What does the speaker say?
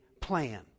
plan